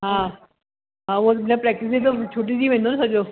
हा हा उहो बिना प्रेक्टिस जे त छुटिजी वेंदो न सॼो